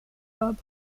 hub